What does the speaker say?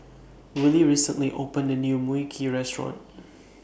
Willy recently opened A New Mui Kee Restaurant